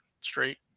straight